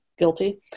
guilty